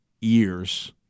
years